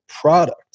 product